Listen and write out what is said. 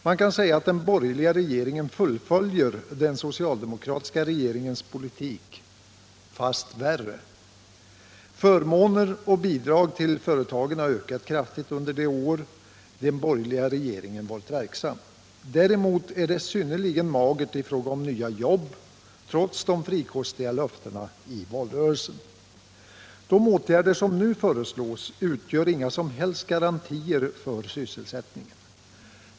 Man kan säga att den borgerliga regeringen fullföljer den socialdemokratiska regeringens politik, fast värre. Förmåner och bidrag till företagen har ökat kraftigt under det år den borgerliga regeringen varit verksam. Däremot är det synnerligen magert i fråga om nya jobb, trots de frikostiga löftena i valrörelsen. De åtgärder som nu föreslås utgör inga som helst garantier för sysselsättningen.